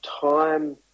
time